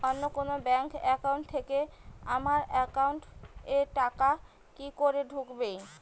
অন্য কোনো bank account থেকে আমার একাউন্ট এ টাকা কি করে ঢুকবে?